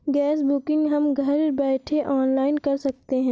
gas booking हम घर बैठे ऑनलाइन कर सकते है